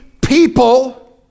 people